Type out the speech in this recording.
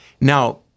Now